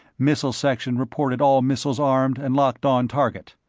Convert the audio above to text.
missile section reported all missiles armed and locked on target.